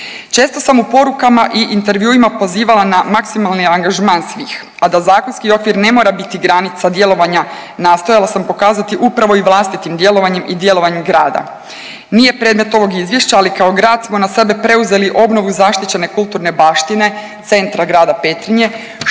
Često sam u porukama i intervjuima pozivala na maksimalni angažman svih, a da zakonski okvir ne mora biti granica djelovanja nastojala sam pokazati upravo i vlastitim djelovanjem i djelovanjem grada. Nije predmet ovog izvješća, ali kao grad smo na sebe preuzeli obnovu zaštićene kulturne baštine centra Grada Petrinje